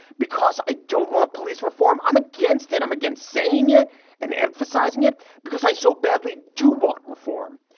because i don't want police reform. i'm against it. i'm against saying it and emphasizing it because i so badly do want reform.